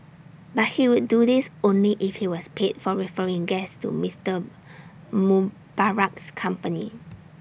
but he would do this only if he was paid for referring guests to Mister Mubarak's company